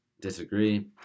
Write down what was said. disagree